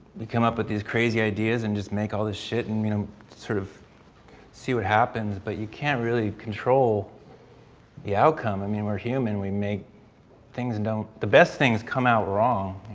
come up with these crazy ideas and just make all this shit and you know sort of see what happens but you can't really control the outcome, i mean we're human, we make things don't, the best things come out wrong